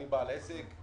אני בעל עסק,